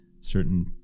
certain